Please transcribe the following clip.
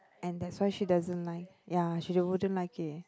and that's why she doesn't like ya she wouldn't like it